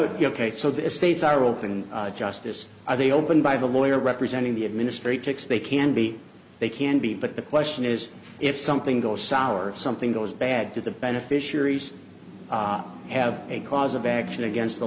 would be ok so the states are open justice are they open by the lawyer representing the administrate takes they can be they can be but the question is if something goes sour if something goes bad to the beneficiaries have a cause of action against the